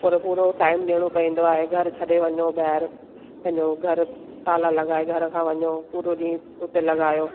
पूरो पूरो टाइम ॾेअणो पवंदो आहे घर छॾे वञो ॿाहिरि पंहिंजो घर ताला लॻाए घर खां वञो पूरो ॾींहुं उते लॻायो